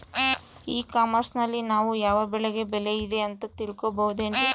E commerce ನಲ್ಲಿ ನಾವು ಯಾವ ಬೆಳೆಗೆ ಬೆಲೆ ಇದೆ ಅಂತ ತಿಳ್ಕೋ ಬಹುದೇನ್ರಿ?